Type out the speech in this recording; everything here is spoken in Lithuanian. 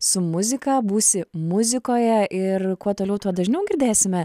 su muzika būsi muzikoje ir kuo toliau tuo dažniau girdėsime